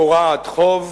פורעת חוב